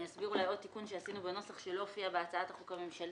אני אסביר אולי עוד תיקון שעשינו בנוסח שלא הופיעה בהצעת החוק הממשלתית.